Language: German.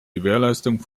gewährleistung